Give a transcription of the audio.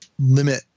limit